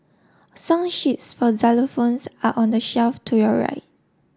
song sheets for xylophones are on the shelf to your right